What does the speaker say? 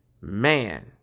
man